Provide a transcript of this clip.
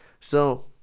So-